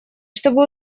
чтобы